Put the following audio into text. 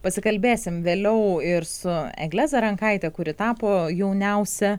pasikalbėsim vėliau ir su egle zarankaite kuri tapo jauniausia